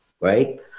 Right